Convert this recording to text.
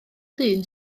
dyn